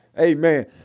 Amen